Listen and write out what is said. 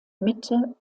mitte